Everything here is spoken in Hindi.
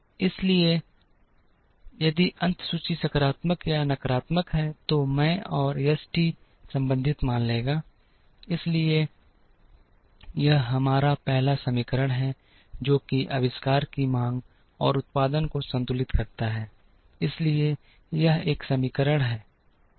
इसी तरह यदि अंत सूची सकारात्मक या नकारात्मक है तो मैं और एस t संबंधित मान लेगा इसलिए यह हमारा पहला समीकरण है जो कि आविष्कार की मांग और उत्पादन को संतुलित करता है इसलिए यह एक समीकरण है